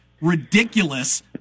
ridiculous